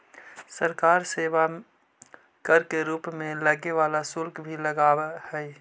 सरकार सेवा कर के रूप में लगे वाला शुल्क भी लगावऽ हई